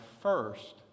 first